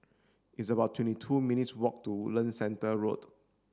it's about twenty two minutes' walk to Woodlands Centre Road